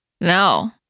No